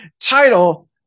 title